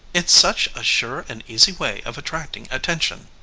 it's such a sure and easy way of attracting attention.